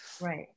Right